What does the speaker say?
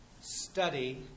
study